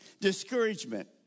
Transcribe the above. Discouragement